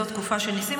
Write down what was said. זו תקופה של ניסים.